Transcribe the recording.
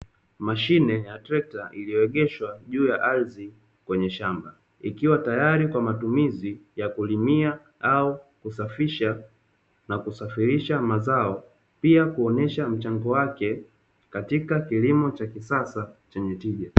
Mashine ya trekta iliyoegeshwa juu ya ardhi kwenye shamba, ikiwa tayari kwa matumizi ya kulimia au kusafisha na kusafirisha mazao, pia kuonyesha mchango wake katika kilimo cha kisasa chenye tija.